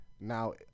Now